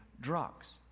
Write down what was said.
drugs